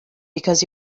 because